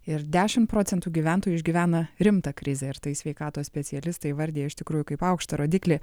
ir dešim procentų gyventojų išgyvena rimtą krizę ir tai sveikatos specialistai įvardija iš tikrųjų kaip aukštą rodiklį